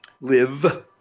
live